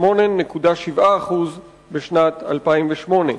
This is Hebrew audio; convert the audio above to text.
8.7% בשנת 2008,